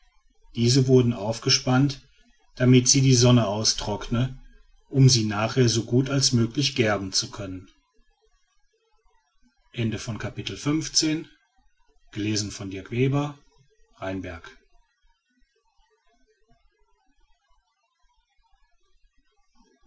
diese wurden aufgespannt damit sie die sonne austrockne um sie nachher so gut als möglich gerben zu können